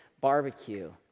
barbecue